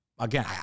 again